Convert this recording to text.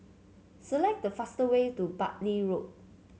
select the fastest way to Bartley Road